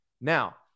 Now